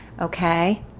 okay